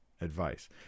Advice